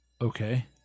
Okay